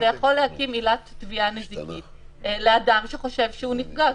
-- זה יכול להקים עילת תביעה נזיקית לאדם שחושב שהוא נפגע.